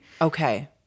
okay